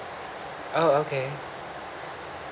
uh oh okay